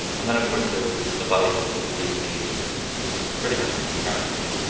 and then of course there was a body of work that was being made pretty much concurrently,